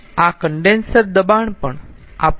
આ કન્ડેન્સર દબાણ પણ આપવામાં આવ્યું છે